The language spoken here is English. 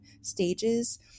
stages